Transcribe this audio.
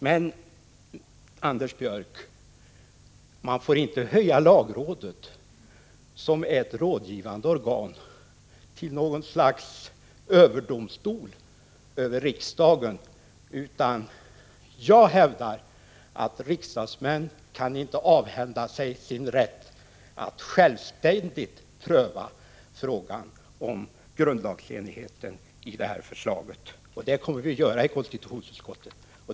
Men, Anders Björck, man får inte höja lagrådet som ett rådgivande organ till något slags överdomstol över riksdagen, utan jag hävdar att riksdagsmän inte kan avhända sig sin rätt att självständigt pröva frågan om grundlagsenligheten i det här förslaget. Det kommer vi att göra i konstitutionsutskottet.